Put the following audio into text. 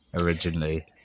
originally